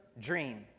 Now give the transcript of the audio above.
dream